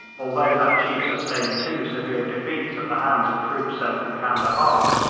although that chief sustained two severe defeats at the hands of troops sent from candahar,